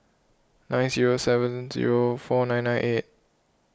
nine zero seven zero four nine nine eight